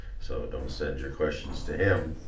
so don't send your questions to him.